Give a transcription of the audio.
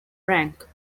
rank